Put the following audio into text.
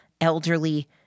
elderly